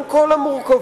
עם כל המורכבות,